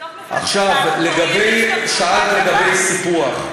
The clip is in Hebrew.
מה אתה עושה כשמתוך מפלגתך קוראים להשתמטות